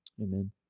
Amen